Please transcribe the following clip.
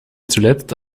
zuletzt